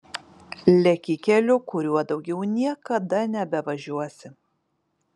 leki keliu kuriuo daugiau niekada nebevažiuosi